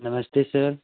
नमस्ते सर